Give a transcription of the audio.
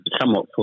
somewhat